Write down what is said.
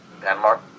Denmark